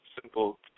simple